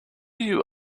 you